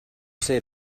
say